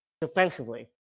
defensively